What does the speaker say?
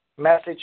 message